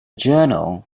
journal